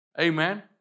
Amen